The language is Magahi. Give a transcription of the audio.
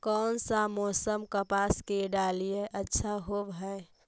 कोन सा मोसम कपास के डालीय अच्छा होबहय?